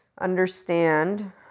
understand